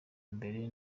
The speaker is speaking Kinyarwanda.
mbere